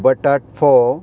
बटाट फोव